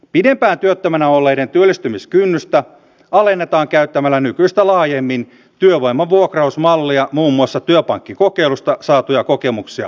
pidempään työttömänä olleiden työllistymiskynnystä alennetaan käyttämällä nykyistä laajemmin työvoiman vuokrausmallia muun muassa työpankkikokeilusta saatuja kokemuksia hyödyntäen